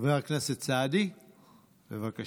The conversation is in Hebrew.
חבר הכנסת סעדי, בבקשה.